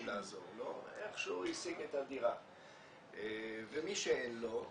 לעזור לו איכשהו השיג את הדירה ומי שאין לו,